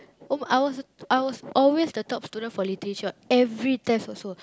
oh I was I was always the top student for literature every test also